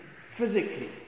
physically